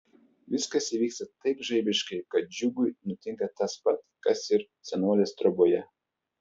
viskas įvyksta taip žaibiškai kad džiugui nutinka tas pat kas ir senolės troboje